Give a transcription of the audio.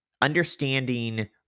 understanding